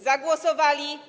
Zagłosowali.